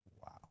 Wow